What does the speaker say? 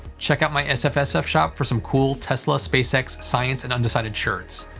check out my sfsf shop for some cool tesla, space x, science, and undecided shirts.